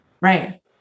Right